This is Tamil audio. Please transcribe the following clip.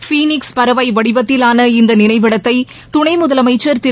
பீனிக்ஸ் பறவை வடிவத்திலான இந்த நினைவிடத்தை துணை முதலமைச்சர் திரு